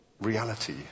reality